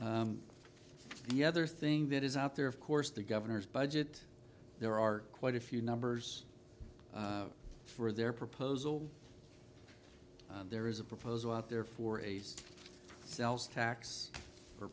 and the other thing that is out there of course the governor's budget there are quite a few numbers for their proposal there is a proposal out there for a just tax or